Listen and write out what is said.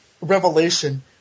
revelation